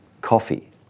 coffee